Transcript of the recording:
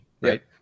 right